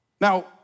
Now